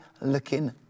looking